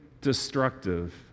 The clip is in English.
destructive